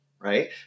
right